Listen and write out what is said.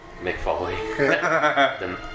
McFoley